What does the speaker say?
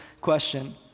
question